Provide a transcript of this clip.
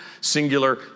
Singular